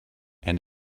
and